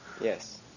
Yes